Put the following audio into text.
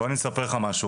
בוא אני אספר לך משהו.